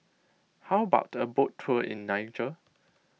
how about a boat tour in Niger